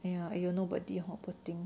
ya !aiyo! nobody hor poor thing